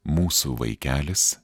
mūsų vaikelis